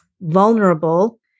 vulnerable